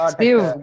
Steve